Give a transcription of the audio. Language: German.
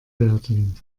werden